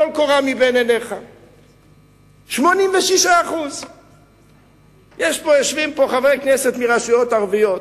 טול קורה מבין עיניך 86%. יושבים פה חברי כנסת מרשויות ערביות.